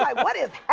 um what is